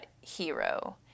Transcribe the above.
hero